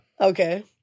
Okay